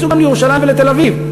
ייסעו גם לירושלים ולתל-אביב,